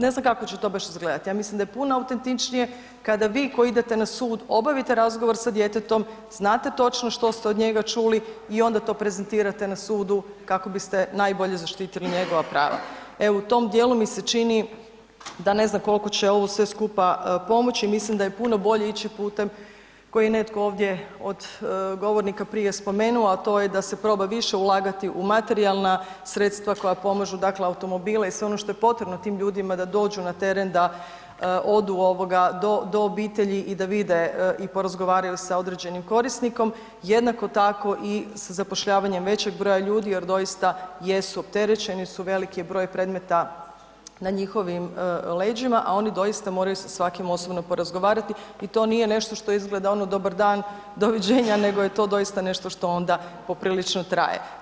Ne znam kako će to baš izgledat, ja mislim da je puno autentičnije kada vi koji idete na sud obavite razgovor sa djetetom, znate točno što ste od njega čuli i onda to prezentirate na sudu kako biste najbolje zaštitili njegova prava, e u tom dijelu mi se čini da ne znam kolko će ovo sve skupa pomoći, mislim da je puno bolje ići putem koji je netko ovdje od govornika prije spomenuo, a to je da se proba više ulagati u materijalna sredstva koja pomažu dakle automobile i sve ono što je potrebno tim ljudima da dođu na teren da odu ovoga do, do obitelji i da vide i porazgovaraju sa određenim korisnikom, jednako tako i sa zapošljavanjem većeg broja ljudi jer doista jesu opterećeni su, velik je broj predmeta na njihovim leđima, a oni doista moraju sa svakim osobno porazgovarati i to nije nešto što izgleda ono dobar dan, doviđenja, nego je to doista nešto što onda poprilično traje.